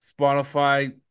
Spotify